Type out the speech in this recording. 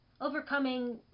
overcoming